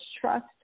trust